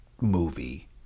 movie